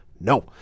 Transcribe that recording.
No